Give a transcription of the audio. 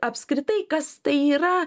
apskritai kas tai yra